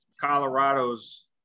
Colorado's